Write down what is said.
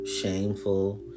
shameful